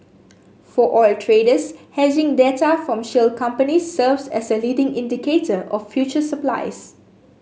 for oil traders hedging data from shale companies serves as a leading indicator of future supplies